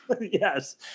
Yes